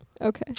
Okay